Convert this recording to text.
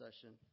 session